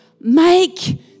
make